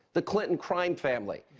the clinton crime family.